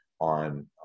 on